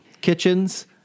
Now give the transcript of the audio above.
Kitchens